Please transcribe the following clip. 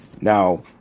Now